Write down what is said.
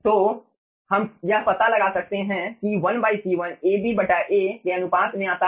तो हम यह पता लगा सकते हैं कि 1 C1 Ab A के अनुपात में आता है